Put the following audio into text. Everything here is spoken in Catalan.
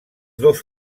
dos